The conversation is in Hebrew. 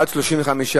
אם כך,